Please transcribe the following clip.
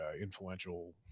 influential